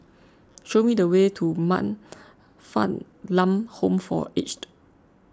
show me the way to Man Fatt Lam Home for Aged